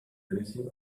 anything